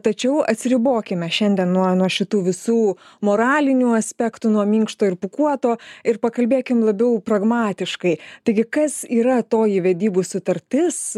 tačiau atsiribokime šiandien nuo nuo šitų visų moralinių aspektų nuo minkšto ir pūkuoto ir pakalbėkim labiau pragmatiškai taigi kas yra toji vedybų sutartis